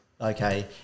okay